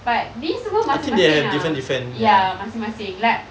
but ni semua masing-masing ah ya masing-masing like